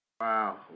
Wow